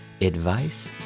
advice